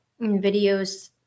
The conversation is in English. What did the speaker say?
videos